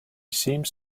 seems